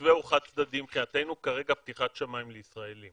המתווה הוא חד-צדדי מבחינתנו כרגע פתיחת השמיים לישראלים.